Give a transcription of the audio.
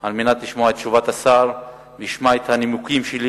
על מנת לשמוע את תשובת השר, שישמע את הנימוקים שלי